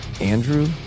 Andrew